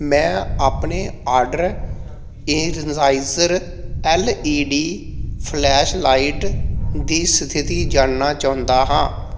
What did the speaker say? ਮੈਂ ਆਪਣੇ order Energizer L E D flashlight ਦੀ ਸਥਿਤੀ ਜਾਣਨਾ ਚਾਹੁੰਦਾ ਹਾਂ